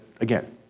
again